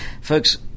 Folks